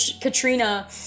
Katrina